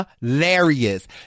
hilarious